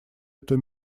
эту